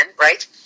right